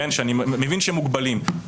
שאני מבין שהם מוגבלים,